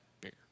bigger